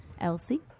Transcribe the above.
Elsie